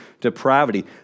depravity